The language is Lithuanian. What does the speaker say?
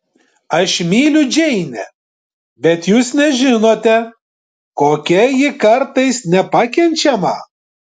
aš myliu džeinę bet jūs nežinote kokia ji kartais nepakenčiama